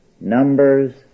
Numbers